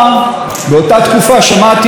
באותה תקופה שמעתי את נתניהו,